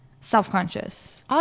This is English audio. self-conscious